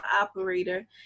operator